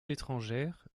étrangères